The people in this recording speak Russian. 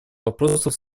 вопросов